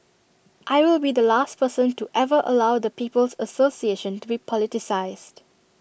I will be the last person to ever allow the people's association to be politicised